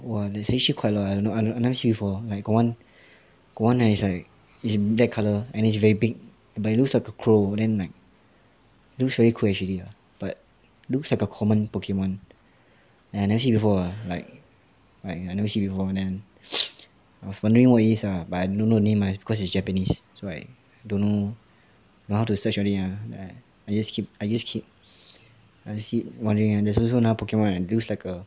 !wah! there's actually quite a lot eh I don't I never see before like got one got one right it's like it's black colour and it's very big but it looks like a crow then like looks very cool actually but looks like a common pokemon ya I never see before lah like like I never see before then I was was wondering what it is lah but I don't know the name lah cause it's japanese so I don't know don't know how to search only lah I just keep I just keep wondering ya there's also another pokemon right looks like a